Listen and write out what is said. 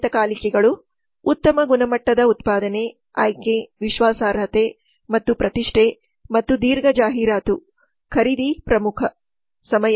ನಿಯತಕಾಲಿಕೆಗಳು ಉತ್ತಮ ಗುಣಮಟ್ಟದ ಉತ್ಪಾದನೆ ಆಯ್ಕೆ ವಿಶ್ವಾಸಾರ್ಹತೆ ಮತ್ತು ಪ್ರತಿಷ್ಠೆ ಮತ್ತು ದೀರ್ಘ ಜಾಹೀರಾತು ಖರೀದಿ ಪ್ರಮುಖ ಸಮಯ